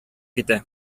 китә